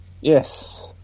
Yes